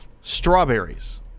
Strawberries